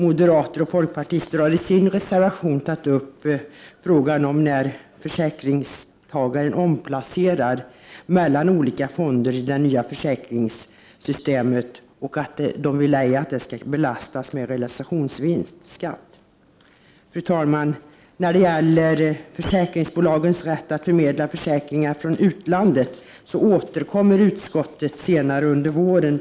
Moderater och folkpartister har i sin reservation tagit upp frågan om befrielse från realisationsvinstskatt när försäkringstagaren omplacerar mellan olika fonder i det nya försäkringssystemet. Fru talman! Till frågan om försäkringsbolagens rätt att förmedla försäkringar från utlandet återkommer utskottet senare under våren.